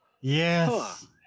yes